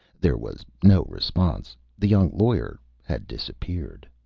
there was no response the young lawyer had disappeared.